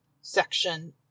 section